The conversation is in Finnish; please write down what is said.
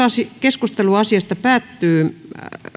keskustelu asiasta